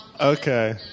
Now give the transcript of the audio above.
Okay